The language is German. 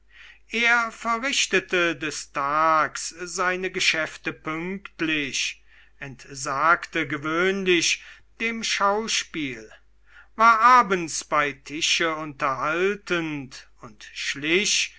er verrichtete des tags seine geschäfte pünktlich entsagte gewöhnlich dem schauspiel war abends bei tische unterhaltend und schlich